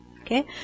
Okay